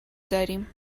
داریم